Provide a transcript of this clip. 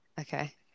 Okay